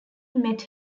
met